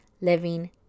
living